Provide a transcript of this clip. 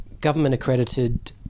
government-accredited